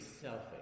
selfish